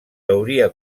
hauria